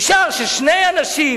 נשאר ששני אנשים,